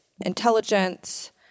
intelligence